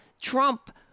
Trump